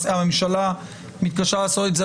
הממשלה מתקשה לעשות את זה,